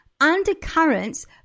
undercurrents